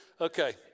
Okay